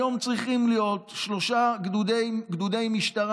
היום צריכים להיות שלושה גדודי משטרה